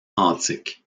antiques